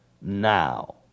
now